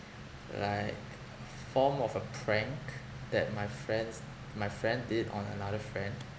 like a form of a prank that my friends my friend did on another friend